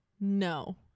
no